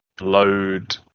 load